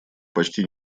почти